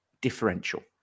differential